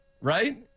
right